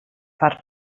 far